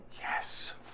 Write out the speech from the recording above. yes